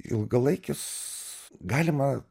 ilgalaikis galima